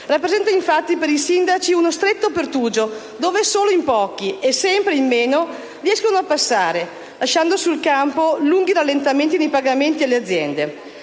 rappresenta, infatti, per i sindaci uno stretto pertugio, dove solo in pochi, e sempre in meno, riescono a passare, lasciando sul campo lunghi rallentamenti nei pagamenti alle aziende: